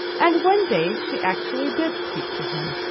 and one day she actually did speak to him,